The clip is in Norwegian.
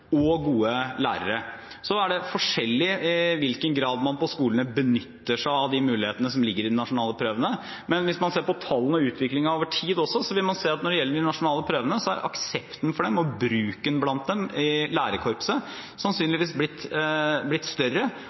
og gode lærere. Det er forskjellig i hvilken grad man på skolene benytter seg av de mulighetene som ligger i de nasjonale prøvene, men hvis man ser på tallene og utviklingen over tid, vil man se at når det gjelder de nasjonale prøvene, er aksepten for dem og bruken av dem i lærerkorpset sannsynligvis blitt større,